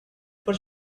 por